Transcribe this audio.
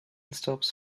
stops